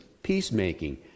Peacemaking